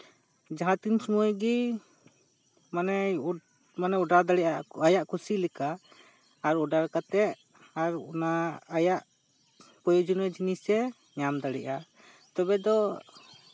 ᱡᱟᱦᱟᱸᱛᱤᱱ ᱥᱩᱢᱟᱹᱭ ᱜᱮ ᱢᱟᱱᱮ ᱢᱟᱱᱮᱭ ᱚᱰᱟᱨ ᱫᱟᱲᱮᱭᱟᱜᱼᱟ ᱟᱭᱟᱜ ᱠᱩᱥᱤ ᱞᱮᱠᱟ ᱟᱨ ᱚᱰᱟᱨ ᱠᱟᱛᱮ ᱟᱨ ᱚᱱᱟ ᱟᱭᱟᱜ ᱯᱨᱚᱭᱳᱡᱚᱱᱤᱭᱚ ᱡᱤᱱᱤᱥᱮ ᱧᱟᱢ ᱫᱟᱲᱮᱭᱟᱜᱼᱟ ᱛᱚᱵᱮ ᱫᱚ